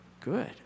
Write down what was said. good